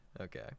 Okay